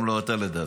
גם לא אתה, לדעתי.